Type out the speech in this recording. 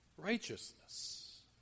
Righteousness